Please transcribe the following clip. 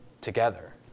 together